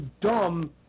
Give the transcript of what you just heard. dumb